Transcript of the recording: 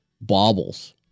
Bobbles